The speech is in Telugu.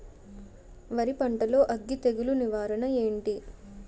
వరి పంటలో అగ్గి తెగులు నివారణ ఏంటి?